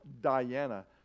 Diana